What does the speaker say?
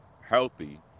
healthy